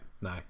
no